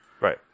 Right